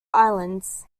islands